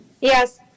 Yes